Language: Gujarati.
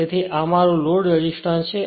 તેથી આ અમારું લોડ રેસિસ્ટન્સ છે